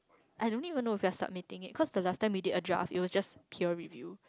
I don't even know if we are submitting it cause the last time we did a draft it was just pure review